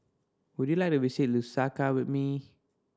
would you like to visit Lusaka with me